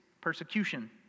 persecution